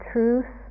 Truth